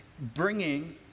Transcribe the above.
bringing